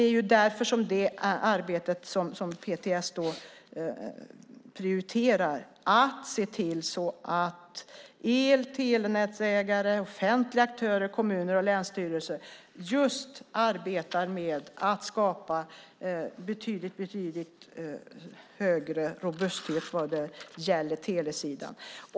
PTS prioriterar att se till att el och telenätsägare, offentliga aktörer, kommuner och länsstyrelser arbetar med att skapa betydligt högre robusthet vad gäller telesidan.